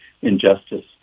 injustice